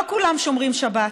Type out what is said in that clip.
לא כולם שומרים שבת.